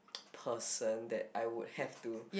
person that I would have to